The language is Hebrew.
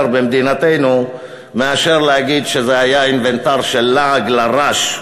במדינתנו מאשר להגיד שזה היה אינוונטר של לעג לרש.